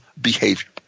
behavior